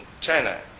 China